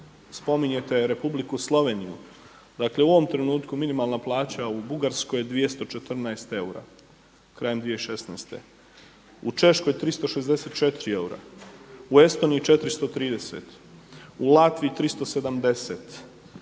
spominjete Republiku Sloveniju. Dakle u ovom trenutku minimalna plaća u Bugarskoj je 214 eura krajem 2016. U Češkoj 364 eura, u Estoniji 430, u Latviji 370,